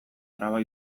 traba